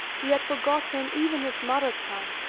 he had forgotten even his mother tongue,